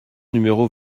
numéro